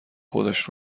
خودش